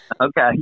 Okay